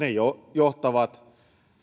johtavat